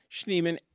Schneeman